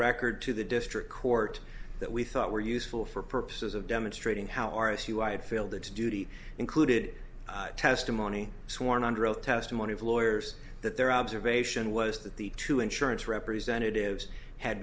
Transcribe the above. record to the district court that we thought were useful for purposes of demonstrating how r s u i had failed its duty included testimony sworn under oath testimony of lawyers that their observation was that the two insurance representatives had